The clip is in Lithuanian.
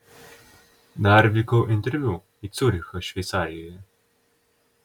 dar vykau interviu į ciurichą šveicarijoje